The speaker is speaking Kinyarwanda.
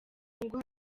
nubwo